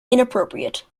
inappropriate